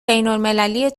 بینالمللی